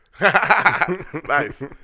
Nice